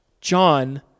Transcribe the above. John